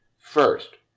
first,